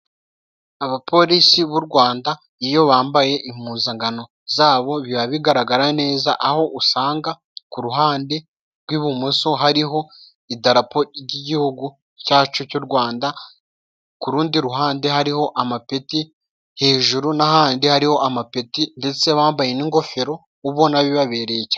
Abapolisi b'u Rwanda, iyo bambaye impuzankano zabo, biba bigaragara neza aho usanga kuruhande rw'ibumoso, hariho idarapo ry'igihugu cyacu cy'u Rwanda, ku rundi ruhande hariho amapeti hejuru, n'ahandi hariho amapeti ndetse bambaye n'ingofero ubona bibabereye cyane.